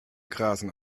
grasen